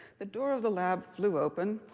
the door of the lab flew open,